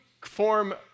form